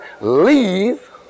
leave